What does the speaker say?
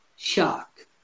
Shock